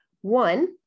One